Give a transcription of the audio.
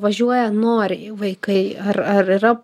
važiuoja noriai vaikai ar ar yra